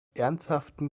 ernsthaften